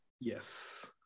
yes